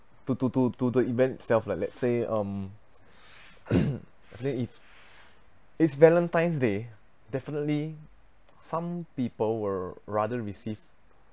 to to to to the event itself like let's say um say if it's valentine's day definitely some people will rather receive